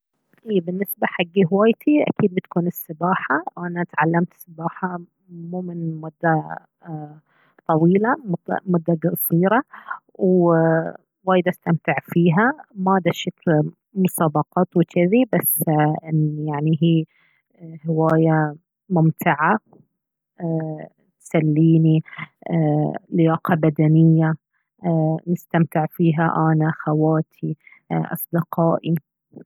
اي بالنسبة حق هوايتي أكيد بتكون السباحة أنا تعلمت السباحة مو من مدة طويلة مدة قصيرة ووايد استمتع فيها ما دشيت مسابقات وجذي بس ان يعني هي هواية ممتعة تسليني لياقة بدنية ايه نستمتع فيها أنا خواتي أصدقائي